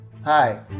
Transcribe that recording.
Hi